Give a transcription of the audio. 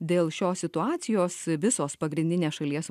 dėl šios situacijos visos pagrindinės šalies